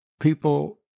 People